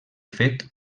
fet